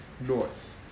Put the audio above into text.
North